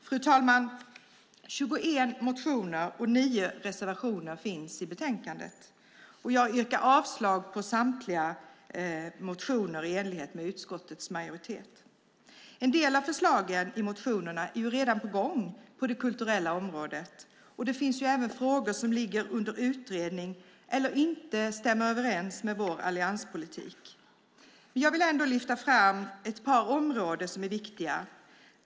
Fru talman! 21 motioner och nio reservationer finns i betänkandet, och jag yrkar avslag på samtliga motioner i enlighet med utskottets majoritet. En del av förslagen i motionerna är redan på gång på det kulturella området, och det finns även frågor som ligger under utredning eller inte stämmer med vår allianspolitik. Jag vill ändå lyfta fram ett par områden som är viktiga.